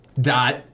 Dot